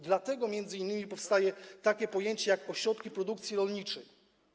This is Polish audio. Dlatego m.in. powstaje takie pojęcie, jak ośrodki produkcji rolniczej.